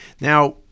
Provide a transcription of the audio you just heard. Now